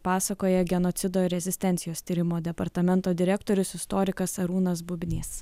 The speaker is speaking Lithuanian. pasakoja genocido ir rezistencijos tyrimų departamento direktorius istorikas arūnas bubnys